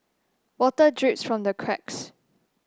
water drips from the cracks